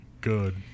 Good